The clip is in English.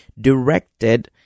directed